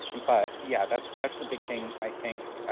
but, yeah, that's that's the big thing, i think,